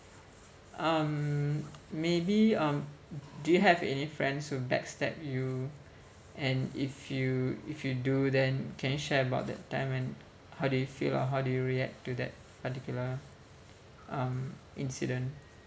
um maybe um do you have any friends who backstab you and if you if you do then can you share about that time and how do you feel or how did you react to that particular um incident